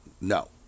No